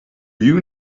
you